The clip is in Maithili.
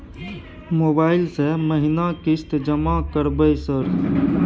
मोबाइल से महीना किस्त जमा करबै सर?